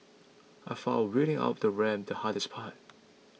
I found wheeling up the ramp the hardest part